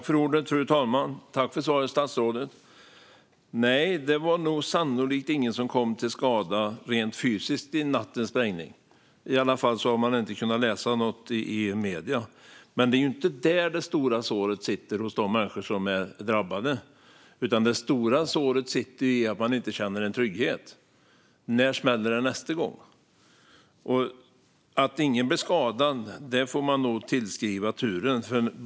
Fru talman! Tack för svaret, statsrådet! Nej, det var nog sannolikt ingen som kom till skada rent fysiskt vid nattens sprängning. I varje fall har man inte kunnat läsa något i medierna. Men det är inte där det stora såret sitter hos de människor som är drabbade. Det stora såret sitter i att de inte känner en trygghet. När smäller det nästa gång? Att ingen blev skadad får man nog tillskriva turen.